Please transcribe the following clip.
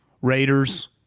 Raiders